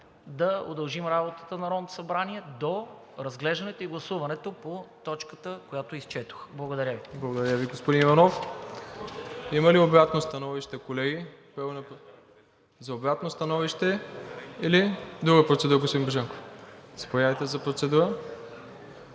да удължим работата на Народното събрание до разглеждането и гласуването по точката, която изчетох. Благодаря Ви. ПРЕДСЕДАТЕЛ МИРОСЛАВ ИВАНОВ: Благодаря Ви, господин Иванов. Има ли обратно становище, колеги? За обратно становище или друга процедура, господин Божанков? Заповядайте за процедура.